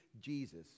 Jesus